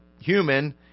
human